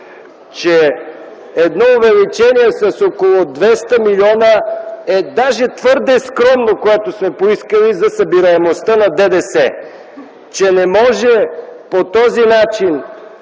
че едно увеличение с около 200 милиона е даже твърде скромно, което сме поискали за събираемостта на ДДС; че не може по този начин,